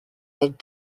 added